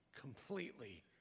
completely